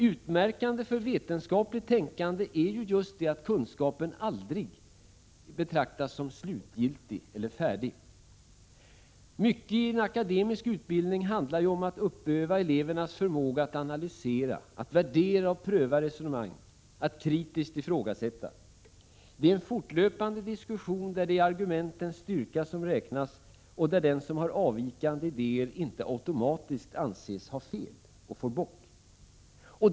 Utmärkande för vetenskapligt tänkande är ju just att kunskapen aldrig betraktas som slutgiltig eller färdig. Mycket i en akademisk utbildning handlar om att uppöva elevernas förmåga att analysera, att värdera och pröva resonemang, att kritiskt ifrågasätta. Det är en fortlöpande diskussion, där det är argumentens styrka som räknas och där den som har avvikande idéer inte automatiskt anses ha fel och får bock.